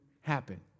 happen